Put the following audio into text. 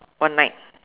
one night